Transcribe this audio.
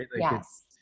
Yes